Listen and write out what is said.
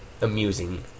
amusing